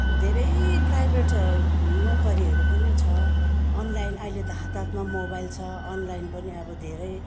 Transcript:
अब धेरै प्राइभेट नोकरीहरू पनि छ अनलाइन अहिले त हात हातमा मोबाइल छ अनलाइन पनि अब धेरै